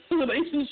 relationship